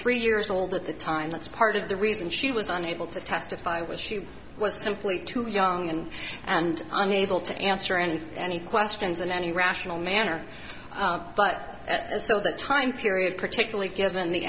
three years old at the time that's part of the reason she was unable to testify was she was simply too young and and unable to answer any any questions in any rational manner but that is so the time period particularly given the